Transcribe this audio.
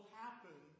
happen